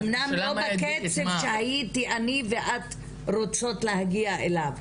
אמנם לא בקצב שהייתי אני ואת רוצות להגיע אליו,